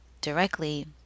directly